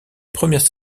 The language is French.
première